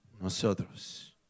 Nosotros